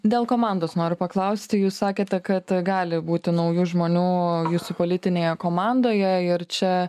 dėl komandos noriu paklausti jūs sakėte kad a gali būti naujų žmonių jūsų politinėje komandoje ir čia